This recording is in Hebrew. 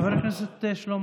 חבר הכנסת שלמה